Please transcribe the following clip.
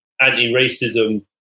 anti-racism